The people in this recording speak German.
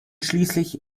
schließlich